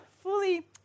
fully